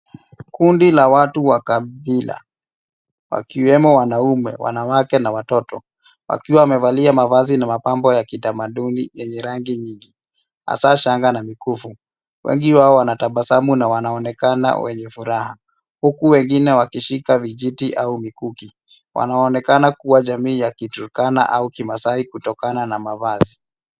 Kundi la watu wa kabila, wakiwemo wanaume, wanawake na watoto. Wakiwa wamevalia mavazi na mapambo ya kitamaduni yenye rangi nyingi hasaa shanga na mikufu. Wengi wao wanatabasamu na wanaonekana wenye furaha, huku wengine wakishika vijiti au mikuki. Wanaonekana kuwa jamii ya kiturkana au kimaasai kutokana na mavazi.